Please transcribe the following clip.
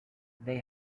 they